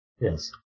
Yes